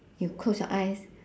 you close your eyes